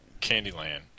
Candyland